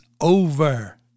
over